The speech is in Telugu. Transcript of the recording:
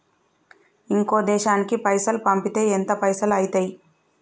ఇంకో దేశానికి పైసల్ పంపితే ఎంత పైసలు అయితయి?